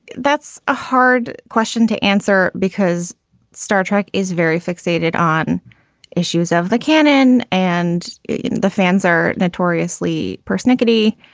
that's a hard question to answer because star trek is very fixated on issues of the canon and you know the fans are notoriously persnickety.